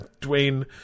Dwayne